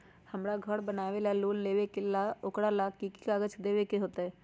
हमरा घर बनाबे ला लोन लेबे के है, ओकरा ला कि कि काग़ज देबे के होयत?